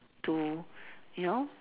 to you know